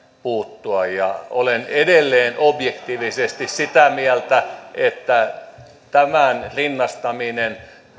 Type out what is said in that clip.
puuttua olen edelleen objektiivisesti sitä mieltä että tämän rinnastaminen